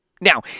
Now